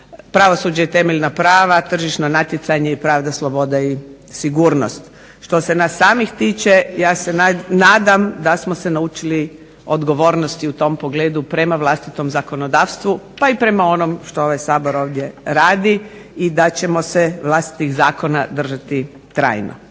pravosuđe i temeljna prava, Tržišno natjecanje i Pravda, sloboda i sigurnost. Što se nas samih tiče ja se nadam da smo se naučili odgovornosti u tom pogledu prema vlastitom zakonodavstvu pa i prema onom što Sabor ovdje radi i da ćemo se vlastitih zakona držati trajno.